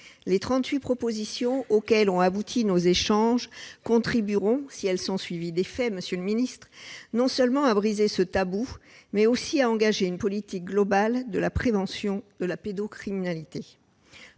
propositions auxquelles ont abouti nos échanges contribueront, si elles sont suivies d'effets, monsieur le secrétaire d'État, non seulement à briser ce tabou, mais aussi à mettre en oeuvre une politique globale de prévention de la pédocriminalité.